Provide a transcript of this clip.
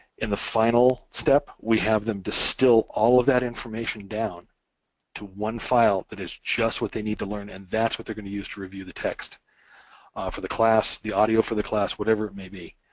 in the final step, we have them distil all of that information down to one file that is just what they need to learn and that's what they're gonna use to review the text for the class, the audio for the class, whatever it may be.